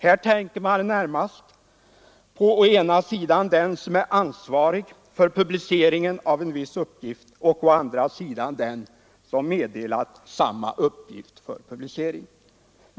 Här tänker man närmast på å ena sidan den som är ansvarig för publiceringen av en viss uppgift och å andra sidan den som meddelat samma uppgift för publicering.